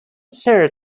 cyr